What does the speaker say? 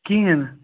کِہیٖنٛۍ